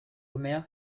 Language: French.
omer